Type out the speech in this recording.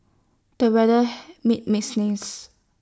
the weather made me sneeze